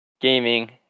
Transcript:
gaming